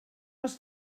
els